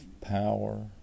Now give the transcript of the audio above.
Power